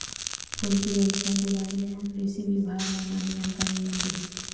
poultry बेवसाय के बारे म कृषि बिभाग म बने जानकारी मिल जाही